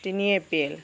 তিনি এপ্ৰিল